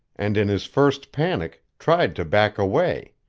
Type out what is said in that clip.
and in his first panic, tried to back away.